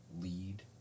lead